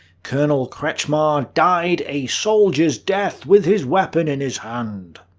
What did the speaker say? colonel kretzschmar died a soldier's death with his weapon in his hand.